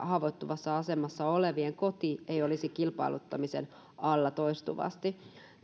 haavoittuvassa asemassa olevien koti ei olisi kilpailuttamisen alla toistuvasti